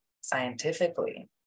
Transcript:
scientifically